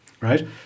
right